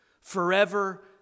Forever